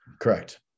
Correct